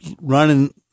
running –